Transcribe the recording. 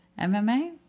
mma